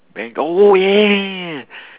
bang oh yeah